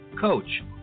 coach